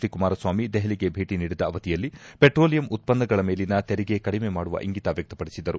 D Kumaraswamy ದೆಹಲಿಗೆ ಭೇಟಿ ನೀಡಿದ್ದ ಅವಧಿಯಲ್ಲಿ ಪೆಟ್ರೋಲಿಯಂ ಉತ್ವನ್ನಗಳ ಮೇಲಿನ ತೆರಿಗೆ ಕಡಿಮೆ ಮಾಡುವ ಇಂಗಿತ ವ್ಯಕ್ತಪಡಿಸಿದ್ದರು